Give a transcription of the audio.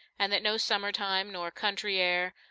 and that no summer-time nor country air,